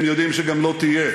הם יודעים שגם לא תהיה,